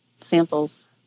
samples